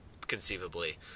conceivably